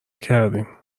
کردیم